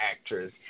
actress